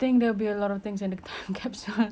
think there will be a lot of things in the time capsule